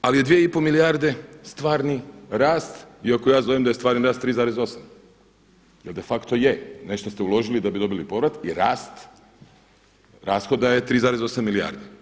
Ali je 2 i pol milijarde stvarni rast iako ja zovem da je stvarni rast 3,8, jel' de facto je – nešto ste uložili da bi dobili povrat – i rast rashoda je 3,8 milijardi.